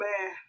man